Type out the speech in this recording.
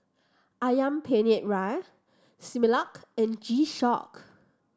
Ayam Penyet Ria Similac and G Shock